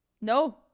No